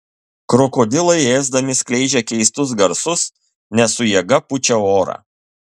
krokodilai ėsdami skleidžia keistus garsus nes su jėga pučia orą